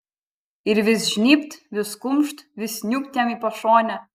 ir vis žnybt vis kumšt vis niūkt jam į pašonę